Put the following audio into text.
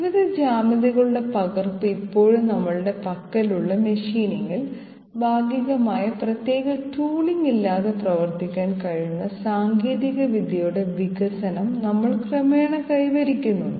വിവിധ ജ്യാമിതികളുടെ പകർപ്പ് ഇപ്പോഴും നമ്മളുടെ പക്കലുള്ള മെഷീനിംഗിൽ ഭാഗികമായ പ്രത്യേക ടൂളിംഗ് ഇല്ലാതെ പ്രവർത്തിക്കാൻ കഴിയുന്ന സാങ്കേതികവിദ്യയുടെ വികസനം നമ്മൾ ക്രമേണ കൈവരിക്കുന്നു